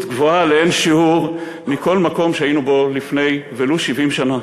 גבוהה לאין שיעור מכל מקום שהיינו בו לפני ולו 70 שנה.